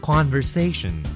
Conversation